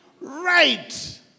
right